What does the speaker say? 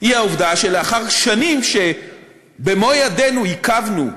היא העובדה שלאחר שנים שבמו-ידינו עיכבנו,